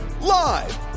Live